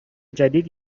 جدید